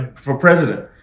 for president.